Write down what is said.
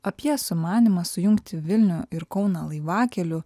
apie sumanymą sujungti vilnių ir kauną laivakeliu